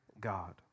God